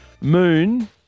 Moon